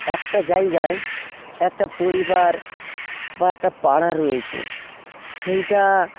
একটা জায়গায় একটা পরিবার বা একটা পাড়া রয়েছে সেইটা